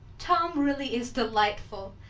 tom really is delightful.